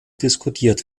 diskutiert